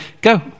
Go